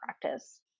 practice